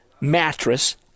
mattress